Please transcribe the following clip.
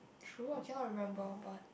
true I cannot remember but